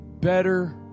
better